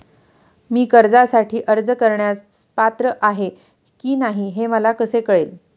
मी कर्जासाठी अर्ज करण्यास पात्र आहे की नाही हे मला कसे कळेल?